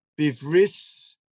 bivris